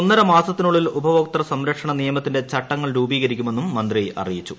ഒന്നര മാസത്തിനുള്ളിൽ ഉപഭോക്തൃ സംരക്ഷണ നിയമത്തിന്റെ ചട്ടങ്ങൾ രൂപീകരിക്കുമെന്നും മന്ത്രി അറിയിച്ചു